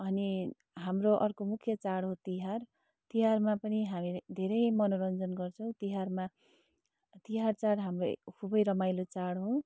अनि हाम्रो अर्को मुख्य चाड हो तिहार तिहारमा पनि हामी धेरै मनोरञ्जन गर्छौँ तिहारमा तिहार चाड हाम्रो ए खुबै रमाइलो चाड हो